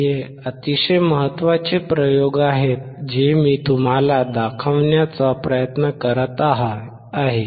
हे अतिशय महत्त्वाचे प्रयोग आहेत जे मी तुम्हाला दाखवण्याचा प्रयत्न करत आहे